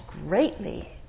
greatly